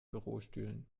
bürostühlen